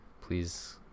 Please